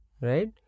Right